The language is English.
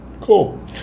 Cool